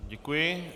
Děkuji.